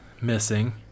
missing